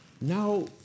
now